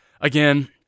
again